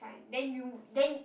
then you then